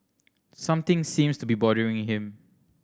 something seems to be bothering him